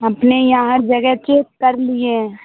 اپنے یہاں ہر جگہ چیک کر لیے ہیں